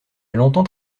longtemps